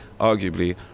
arguably